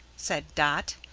said dot,